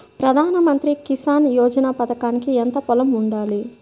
ప్రధాన మంత్రి కిసాన్ యోజన పథకానికి ఎంత పొలం ఉండాలి?